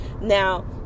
Now